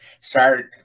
start